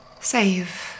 save